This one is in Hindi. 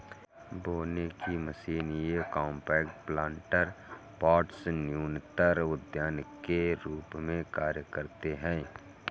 बोने की मशीन ये कॉम्पैक्ट प्लांटर पॉट्स न्यूनतर उद्यान के रूप में कार्य करते है